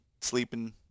sleeping